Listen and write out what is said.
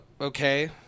okay